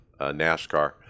nascar